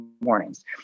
mornings